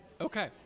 Okay